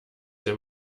der